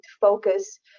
focus